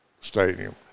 stadium